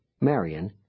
Marion